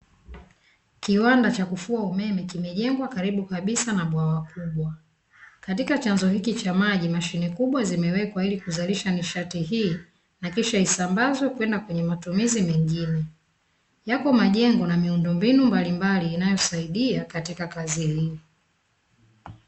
Kiwanda cha kufua umeme kimejengwa karibu kabisa na bwawa kubwa, katika chanzo hichi cha maji mashine kubwa zimewekwa ili kuzalisha nishati hii nakisha isambazwe na kwenda kwenye matumizi mengine, yapo majengo na miundombinu mbalimbali inayosaidia katika kazi hii.